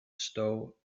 stow